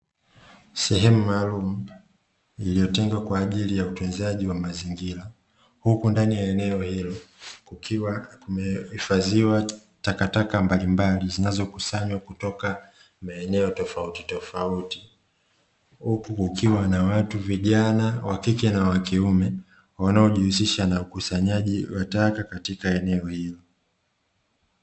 Sehemu maalumu iliyotengwa kwa ajili ya utunzaji wa mazingira, huku ndani ya eneo hilo kukiwa kumehifadhiwa takataka mbalimbali zinazokusanywa kutoka maeneo tofauti tofauti, huku ukiwa na watu vijana wa kike na wa kiume wanaojihusisha na ukusanyaji wa taka katika eneo hili.